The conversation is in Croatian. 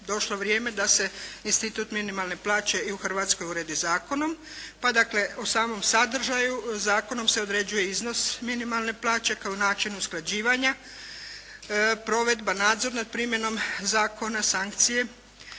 došlo vrijeme da se institut minimalne plaće i u Hrvatskoj uredi zakonom pa dakle o samom sadržaju zakonom se određuje iznos minimalne plaće kao način usklađivanja, provedba nadzora nad primjenom zakona, sankcije.